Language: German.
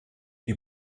die